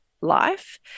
life